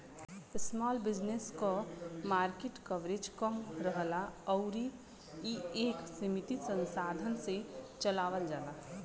small business क market coverage कम रहला आउर इ एक सीमित संसाधन से चलावल जाला